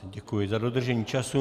Děkuji i za dodržení času.